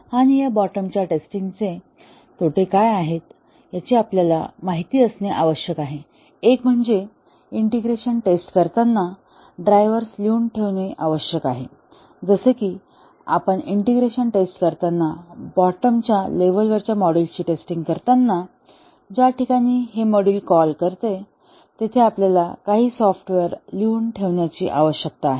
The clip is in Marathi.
आणि या बॉटमच्या टेस्टिंग चे तोटा काय आहेत याची आपल्याला माहित असणे आवश्यक आहे एक म्हणजे इंटिग्रेशन टेस्ट करताना ड्रायव्हर्स लिहून ठेवणे आवश्यक आहे जसे की आपण इंटिग्रेशन टेस्ट करताना बॉटमच्या लेव्हलवरच्या मॉड्यूल्सची टेस्टिंग करताना ज्या ठिकाणी हे मॉड्यूल कॉल करेल तेथे आपल्याला काही सॉफ्टवेअर लिहून ठेवण्याची आवश्यकता आहे